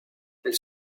elle